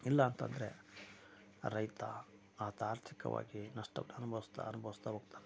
ಇಲ್ಲಾಂತಂದರೆ ರೈತ ಆತ ಆರ್ಥಿಕವಾಗಿ ನಷ್ಟವನ್ನು ಅನುಭವಿಸ್ತಾ ಅನುಭವಿಸ್ತಾ ಹೋಗ್ತಾನೆ